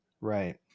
Right